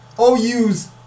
OU's